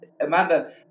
Amanda